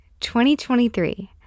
2023